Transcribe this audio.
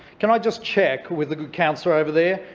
can i just check with the councillor over there.